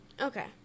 Okay